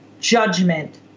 judgment